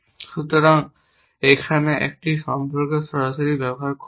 সুতরাং এখানে একটি সম্পর্কে সরাসরি ব্যবহার করবে